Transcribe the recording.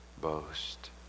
boast